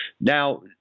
Now